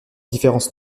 différences